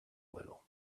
little